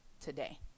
today